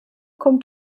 kommt